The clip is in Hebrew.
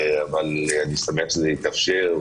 אבל אני שמח שזה התאפשר,